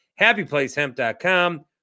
happyplacehemp.com